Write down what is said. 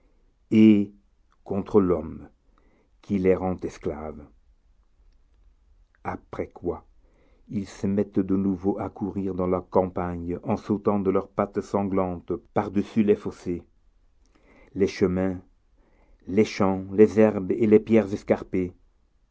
et contre l'homme qui les rend esclaves après quoi ils se mettent de nouveau à courir dans la campagne en sautant de leurs pattes sanglantes par dessus les fossés les chemins les champs les herbes et les pierres escarpées